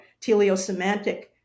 teleosemantic